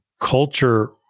Culture